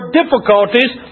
difficulties